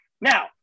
now